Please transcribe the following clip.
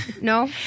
No